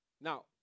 Now